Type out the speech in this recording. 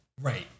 right